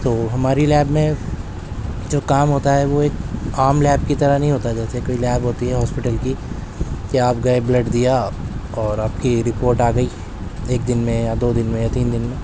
تو ہماری لیب میں جو کام ہوتا ہے وہ ایک عام لیب کی طرح نہیں ہوتا ہے جیسے کوئی لیب ہوتی ہے ہاسپیٹل کی کہ آپ گئے بلڈ دیا اور آپ کی رپورٹ آ گئی ایک دن میں یا دو دن میں یا تین دین میں